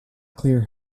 clear